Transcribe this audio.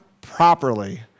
properly